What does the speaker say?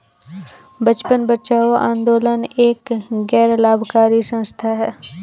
बचपन बचाओ आंदोलन एक गैर लाभकारी संस्था है